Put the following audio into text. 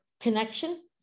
connection